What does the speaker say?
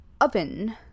oven